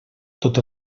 tot